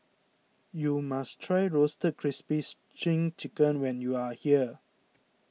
you must try Roasted Crispy Chicken when you are here